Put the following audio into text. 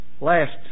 Last